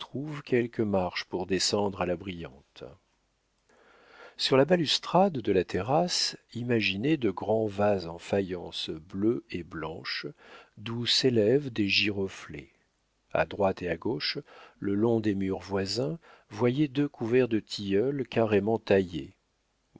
quelques marches pour descendre à la brillante sur la balustrade de la terrasse imaginez de grands vases en faïence bleue et blanche d'où s'élèvent des giroflées à droite et à gauche le long des murs voisins voyez deux couverts de tilleuls carrément taillés